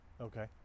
Okay